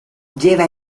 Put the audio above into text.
lleva